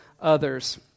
others